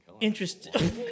interesting